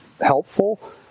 helpful